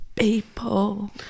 people